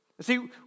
See